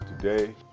today